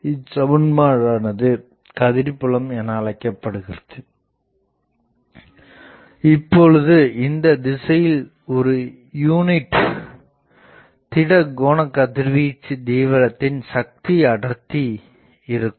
இச்சமன்பாடானது கதிர்புலம் எனஅழைக்கப்படுகிறது இப்போது இந்த திசையில் ஒரு யூனிட் திட கோண கதிர்வீச்சு தீவிரத்தின் சக்திஅடர்த்தி இருக்கும்